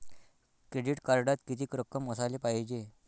Credit कार्डात कितीक रक्कम असाले पायजे?